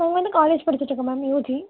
நான் வந்து காலேஜ் படிச்சுட்ருக்கேன் மேம் யூஜி